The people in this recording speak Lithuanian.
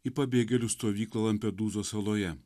į pabėgėlių stovyklą lampedūzos saloje